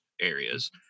areas